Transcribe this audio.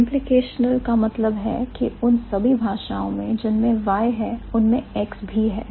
Implicational का मतलब है के उन सभी भाषाओं में जिनमें Y है उनमें X भी है